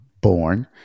born